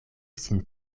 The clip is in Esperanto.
sin